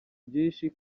byinshi